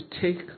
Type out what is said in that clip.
take